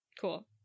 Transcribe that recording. Cool